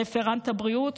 רפרנט הבריאות,